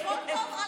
הכול טוב.